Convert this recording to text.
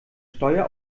steuer